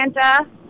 Santa